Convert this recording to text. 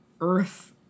Earth